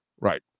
Right